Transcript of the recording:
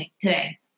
today